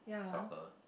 soccer